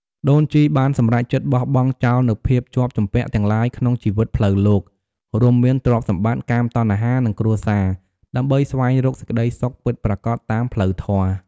ដូនជីបានសម្រេចចិត្តបោះបង់ចោលនូវភាពជាប់ជំពាក់ទាំងឡាយក្នុងជីវិតផ្លូវលោក រួមមានទ្រព្យសម្បត្តិ កាមតណ្ហា និងគ្រួសារ ដើម្បីស្វែងរកសេចក្តីសុខពិតប្រាកដតាមផ្លូវធម៌។